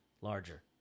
larger